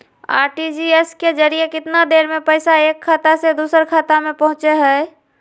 RTGS के जरिए कितना देर में पैसा एक खाता से दुसर खाता में पहुचो है?